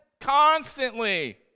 constantly